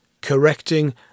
correcting